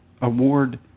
award